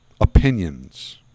opinions